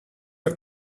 are